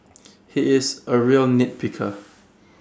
he is A real nitpicker